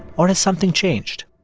or has something changed?